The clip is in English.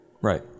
Right